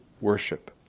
worship